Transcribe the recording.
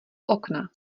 okna